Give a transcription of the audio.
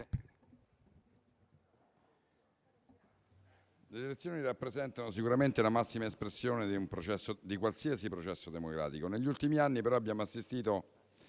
le elezioni rappresentano sicuramente la massima espressione di qualsiasi processo democratico. Negli ultimi anni però abbiamo assistito